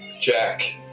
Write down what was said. Jack